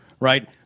Right